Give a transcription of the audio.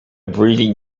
breeding